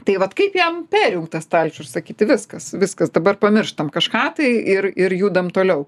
tai vat kaip jam perjungt tą stalčių ir sakyt viskas viskas dabar pamirštam kažką tai ir ir judam toliau